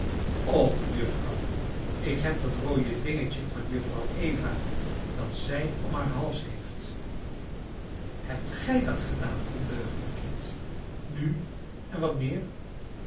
och juffrouw ik heb dat roode dingetje van jongejuffrouw eva dat zij om haar hals heeft hebt gij dat gedaan ondeugend kind nu en wat meer